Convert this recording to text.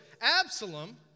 Absalom